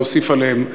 להוסיף בהם יישובים,